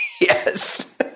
Yes